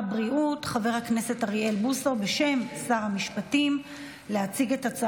חבריי חברי הכנסת, רגע, לפני כן יש הודעה.